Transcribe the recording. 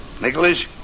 Nicholas